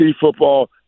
football